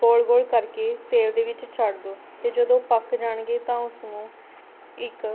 ਗੋਲ਼ ਗੋਲ਼ ਕਰਕੇ ਤੇਲ ਦੇ ਵਿੱਚ ਛੱਡ ਦਿਉ ਅਤੇ ਜਦੋਂ ਪੱਕ ਜਾਣਗੇ ਤਾਂ ਉਸਨੂੰ ਇੱਕ